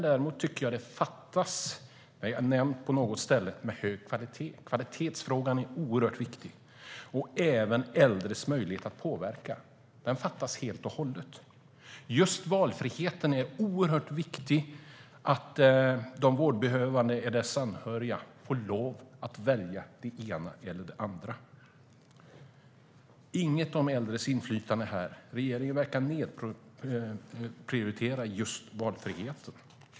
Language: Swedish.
Däremot tycker jag att det fattas något, vilket jag har nämnt på något ställe: hög kvalitet. Kvalitetsfrågan är oerhört viktig. Det är även äldres möjlighet att påverka. Det fattas helt och hållet. Just valfriheten är oerhört viktig - att de vårdbehövande och deras anhöriga får lov att välja det ena eller det andra. Det finns inget om äldres inflytande i svaret. Regeringen verkar nedprioritera just valfriheten.